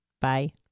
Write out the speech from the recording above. Bye